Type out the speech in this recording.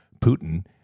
Putin